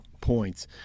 points